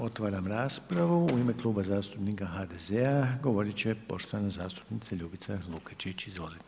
Otvaram raspravu u ime Kluba zastupnika HDZ-a govorit će poštovana zastupnica Ljubica Lukačić, izvolite.